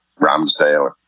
Ramsdale